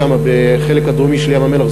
בחלק הדרומי של ים-המלח,